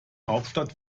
hauptstadt